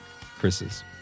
Chris's